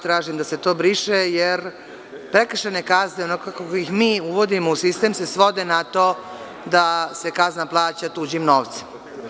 Tražim da se to briše, jer prekršajne kazne onako kako ih mi uvodimo u sistem se svode na to da se kazna plaća tuđim novcem.